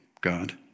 God